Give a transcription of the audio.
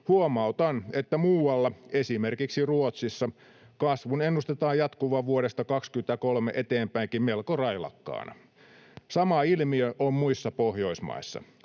Huomautan, että muualla, esimerkiksi Ruotsissa, kasvun ennustetaan jatkuvan vuodesta 23 eteenpäinkin melko railakkaana. Sama ilmiö on muissa Pohjoismaissa.